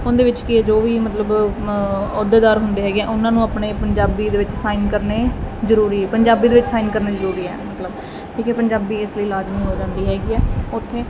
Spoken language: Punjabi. ਉਹਦੇ ਵਿੱਚ ਕੀ ਹੈ ਜੋ ਵੀ ਮਤਲਬ ਅਹੁਦੇਦਾਰ ਹੁੰਦੇ ਹੈਗੇ ਆ ਉਹਨਾਂ ਨੂੰ ਆਪਣੇ ਪੰਜਾਬੀ ਦੇ ਵਿੱਚ ਸਾਈਨ ਕਰਨੇ ਜ਼ਰੂਰੀ ਹੈ ਪੰਜਾਬੀ ਦੇ ਵਿੱਚ ਸਾਈਨ ਕਰਨੇ ਜ਼ਰੂਰੀ ਹੈ ਮਤਲਬ ਠੀਕ ਹੈ ਪੰਜਾਬੀ ਇਸ ਲਈ ਲਾਜ਼ਮੀ ਹੋ ਜਾਂਦੀ ਹੈਗੀ ਹੈ ਉੱਥੇ